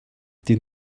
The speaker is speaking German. die